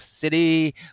city